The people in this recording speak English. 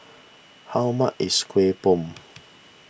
how much is Kueh Bom